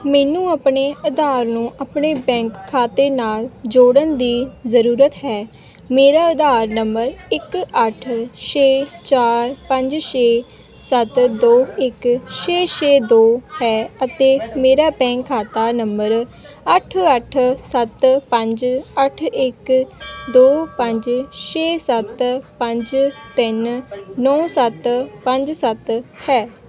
ਮੈਨੂੰ ਆਪਣੇ ਆਧਾਰ ਨੂੰ ਆਪਣੇ ਬੈਂਕ ਖਾਤੇ ਨਾਲ ਜੋੜਨ ਦੀ ਜ਼ਰੂਰਤ ਹੈ ਮੇਰਾ ਆਧਾਰ ਨੰਬਰ ਇੱਕ ਅੱਠ ਛੇ ਚਾਰ ਪੰਜ ਛੇ ਸੱਤ ਦੋ ਇੱਕ ਛੇ ਛੇ ਦੋ ਹੈ ਅਤੇ ਮੇਰਾ ਬੈਂਕ ਖਾਤਾ ਨੰਬਰ ਅੱਠ ਅੱਠ ਸੱਤ ਪੰਜ ਅੱਠ ਇੱਕ ਦੋ ਪੰਜ ਛੇ ਸੱਤ ਪੰਜ ਤਿੰਨ ਨੌਂ ਸੱਤ ਪੰਜ ਸੱਤ ਹੈ